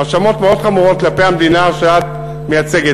האשמות מאוד חמורות כלפי המדינה שאת מייצגת.